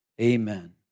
amen